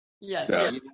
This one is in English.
Yes